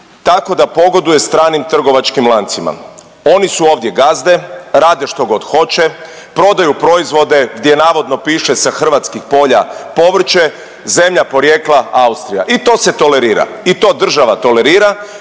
tako da pogoduje stranim trgovačkim lancima, oni su ovdje gazde, rade što god hoće, prodaju proizvode gdje navodno piše „sa hrvatskih polja povrće“, zemlja porijekla Austrija i to se tolerira i to država tolerira,